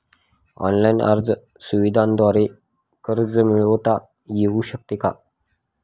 Online अर्ज सुविधांद्वारे कर्ज मिळविता येऊ शकते का?